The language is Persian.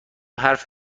حرف